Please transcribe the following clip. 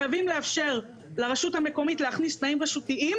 חייבים לאפשר לרשות המקומית להכניס תנאים רשותיים,